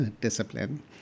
discipline